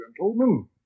Gentlemen